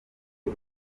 y’u